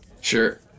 Sure